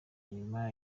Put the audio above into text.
nyuma